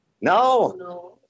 No